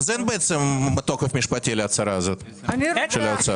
אז אין בעצם תוקף משפטי להצהרה הזאת של האוצר.